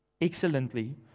excellently